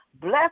bless